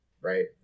right